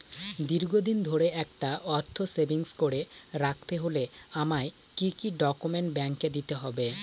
দীর্ঘদিন ধরে একটা অর্থ সেভিংস করে রাখতে হলে আমায় কি কি ডক্যুমেন্ট ব্যাংকে দিতে হবে?